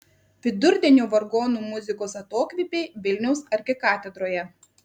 vidurdienio vargonų muzikos atokvėpiai vilniaus arkikatedroje